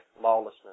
lawlessness